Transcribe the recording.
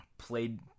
Played